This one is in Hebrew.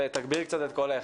תגבירי קצת את קולך.